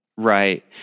Right